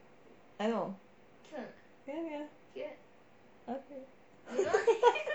I know ya ya okay